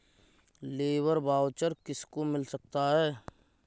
Labour voucher किसको मिल सकता है?